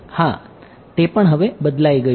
હા તે પણ હવે બદલાઈ ગયુ છે